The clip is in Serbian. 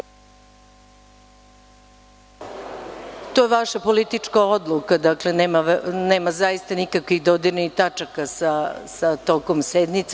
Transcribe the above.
To je vaša politička odluka, dakle nema zaista nikakvih dodirnih tačaka sa tokom sednice.